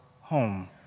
home